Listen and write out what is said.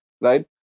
right